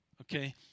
Okay